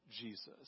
Jesus